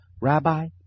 Rabbi